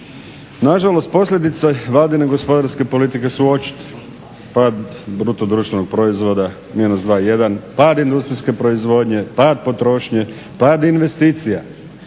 Nažalost, posljedice Vladine gospodarske politike su očite: pad bruto društvenog proizvoda -2,1, pad industrijske proizvodnje, pad potrošnje, pad investicija,